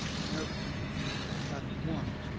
pinocchio had one